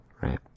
Right